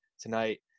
tonight